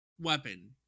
weapon